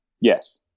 Yes